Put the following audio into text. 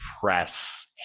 press